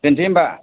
दोनसै होमबा